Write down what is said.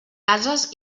cases